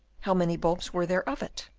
how many bulbs were there of it?